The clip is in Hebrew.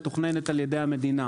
התכנון נעשה על ידי המדינה.